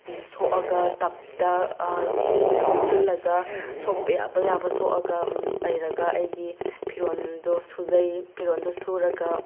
ꯁꯣꯛꯑꯒ ꯇꯞꯇ ꯁꯣꯛꯆꯤꯜꯂꯒ ꯁꯣꯛꯄ ꯌꯥꯕ ꯌꯥꯕ ꯁꯣꯛꯑꯒ ꯄꯩꯔꯒ ꯑꯩꯒꯤ ꯐꯤꯔꯣꯜꯗꯨ ꯁꯨꯖꯩ ꯐꯤꯔꯣꯜꯗꯨ ꯁꯨꯔꯒ